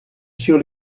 sur